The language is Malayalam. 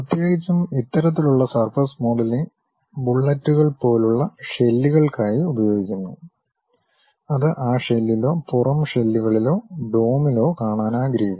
പ്രത്യേകിച്ചും ഇത്തരത്തിലുള്ള സർഫസ് മോഡലിംഗ് ബുള്ളറ്റുകൾ പോലുള്ള ഷെല്ലുകൾക്കായി ഉപയോഗിക്കുന്നു അത് ആ ഷെല്ലിലോ പുറം ഷെല്ലുകളിലോ ഡോമിലോ കാണാൻ ആഗ്രഹിക്കുന്നു